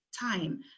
time